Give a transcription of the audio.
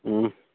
ও